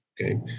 Okay